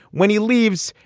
when he leaves,